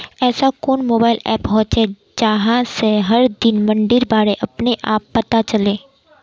ऐसा कोई mobile app होचे जहा से हर दिन मंडीर बारे अपने आप पता चले?